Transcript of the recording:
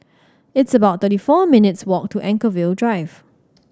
it's about thirty four minutes' walk to Anchorvale Drive